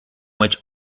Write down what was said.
which